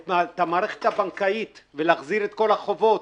את המערכת הבנקאית ולהחזיר את כל החובות.